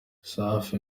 safi